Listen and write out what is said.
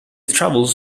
travels